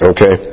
Okay